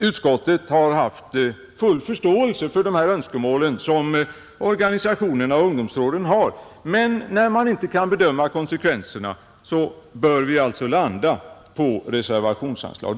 Utskottet har haft full förståelse för de här önskemålen från organisationerna och ungdomsrådet, men när vi inte kan bedöma konsekvenserna, så bör vi stanna för ett reservationsanslag.